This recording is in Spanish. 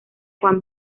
juan